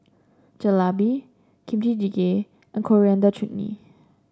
Jalebi Kimchi Jjigae and Coriander Chutney